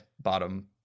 bottom